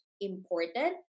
important